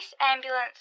ambulance